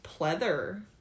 pleather